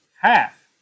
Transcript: half